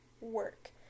work